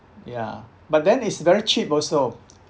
ya but then it's very cheap also